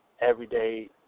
everyday